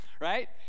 Right